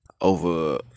over